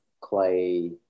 Clay